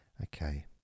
Okay